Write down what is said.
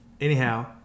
Anyhow